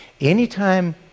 Anytime